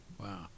Wow